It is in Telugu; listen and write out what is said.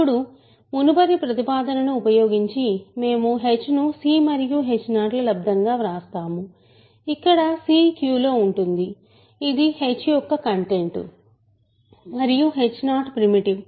ఇప్పుడు మునుపటి ప్రతిపాదనను ఉపయోగించి మేము h ను c మరియు h 0 ల లబ్దం గా వ్రాస్తాము ఇక్కడ c Q లో ఉంటుంది ఇది h యొక్క కంటెంట్ మరియు h 0ప్రిమిటివ్